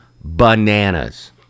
bananas